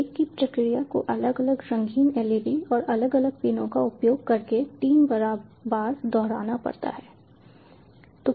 एक ही प्रक्रिया को अलग अलग रंगीन LED और अलग अलग पिनों का उपयोग करके तीन बार दोहराना पड़ता है